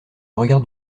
regard